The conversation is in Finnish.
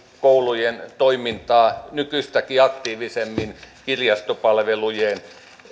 koulujen toimintaa nykyistäkin aktiivisemmin kirjastopalvelujen